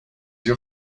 your